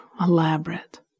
elaborate